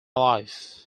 life